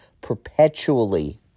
perpetually